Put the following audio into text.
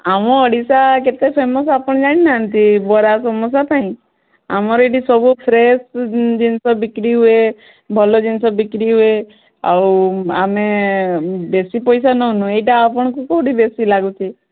ଆମ ଓଡ଼ିଶା କେତେ ଫେମସ୍ ଆପଣ ଜାଣି ନାହାନ୍ତି ବରା ସମୋସା ପାଇଁ ଆମର ଏଇଠି ସବୁ ଫ୍ରେସ୍ ଜିନିଷ ବିକ୍ରୀ ହୁଏ ଭଲ ଜିନିଷ ବିକ୍ରୀ ହୁଏ ଆଉ ଆମେ ବେଶୀ ପଇସା ନେଉନୁ ଏଇଟା ଆପଣଙ୍କୁ କୋଉଠି ବେଶୀ ଲାଗୁଛି